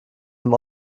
dem